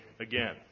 again